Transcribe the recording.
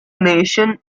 nation